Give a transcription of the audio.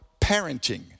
parenting